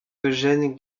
eugene